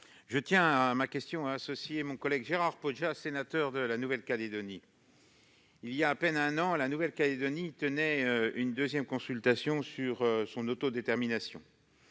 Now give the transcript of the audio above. je tiens à associer mon collègue Gérard Poadja, sénateur de la Nouvelle-Calédonie, à ma question. Il y a à peine un an, la Nouvelle-Calédonie tenait une deuxième consultation sur son autodétermination.